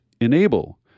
enable